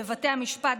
בבתי המשפט,